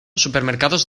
supermercados